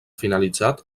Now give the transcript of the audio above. finalitzat